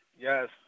Yes